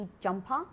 jumper